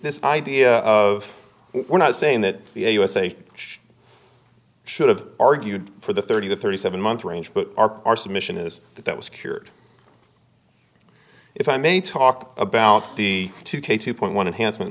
this idea of we're not saying that the usa should have argued for the thirty to thirty seven month range but our our submission is that that was cured if i may talk about the two k two point one an